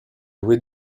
jouées